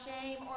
shame